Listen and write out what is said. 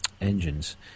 engines